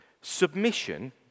submission